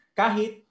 kahit